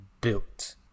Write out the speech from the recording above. built